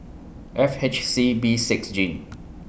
F H C B six G